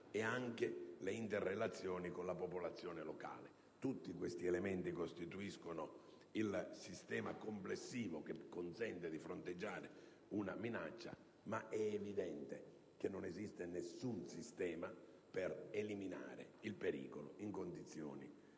e anche le interrelazioni con la popolazione locale. Tutti questi elementi costituiscono il sistema complessivo che consente di fronteggiare una minaccia; ma è evidente che non esiste nessun sistema per eliminare il pericolo in condizioni